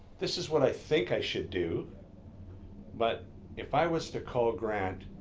this is what i think i should do but if i was to call grant,